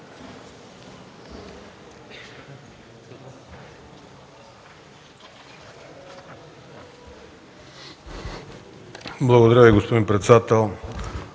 Благодаря Ви, господин председател!